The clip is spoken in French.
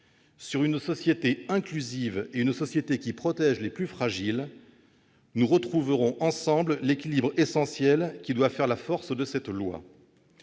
sur une société inclusive et une société qui protège les plus fragiles, nous retrouverons ensemble l'équilibre essentiel qui doit faire sa force. Je veux croire